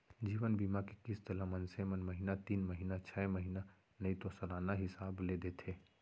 जीवन बीमा के किस्त ल मनसे मन महिना तीन महिना छै महिना नइ तो सलाना हिसाब ले देथे